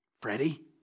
Freddie